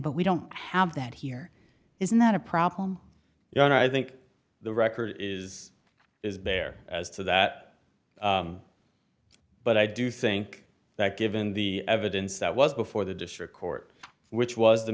but we don't have that here isn't that a problem you know and i think the record is is there as to that but i do think that given the evidence that was before the district court which was the